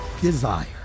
desire